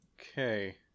Okay